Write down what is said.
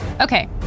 Okay